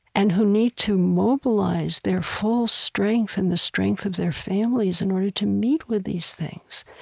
and who need to mobilize their full strength and the strength of their families in order to meet with these things,